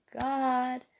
God